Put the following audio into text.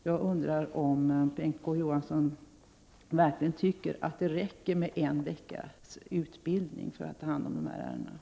Jag undrar om Bengt K Å Johansson verkligen tycker att det räcker med en veckas utbildning för att ta hand om de här ärendena.